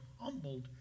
humbled